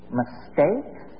mistakes